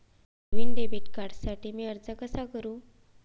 नवीन debit कार्डसाठी मी अर्ज कसा करू?